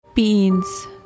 Beans